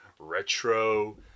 retro